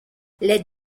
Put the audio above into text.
les